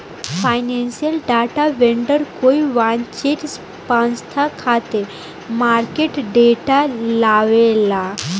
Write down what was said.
financial data vendor कोई वाणिज्यिक पसंस्था खातिर मार्केट डाटा लेआवेला